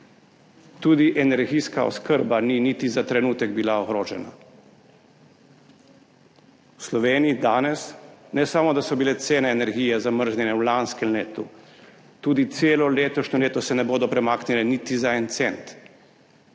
tudi energijska oskrba ni bila niti za trenutek ogrožena. V Sloveniji danes ne samo, da so bile cene energije zamrznjene v lanskem letu, tudi celo letošnje leto se ne bodo premaknile niti za en cent,